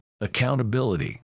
accountability